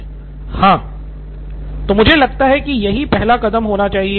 सिद्धार्थ मटूरी तो मुझे लगता है कि यही पहला कदम होना चाहिए